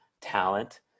talent